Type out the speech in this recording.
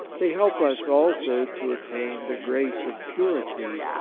they help us also to attain the grace of purity,